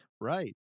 Right